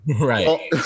Right